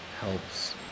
helps